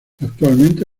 actualmente